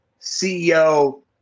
CEO